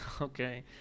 Okay